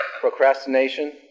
Procrastination